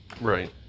Right